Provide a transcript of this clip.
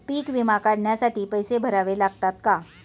पीक विमा काढण्यासाठी पैसे भरावे लागतात का?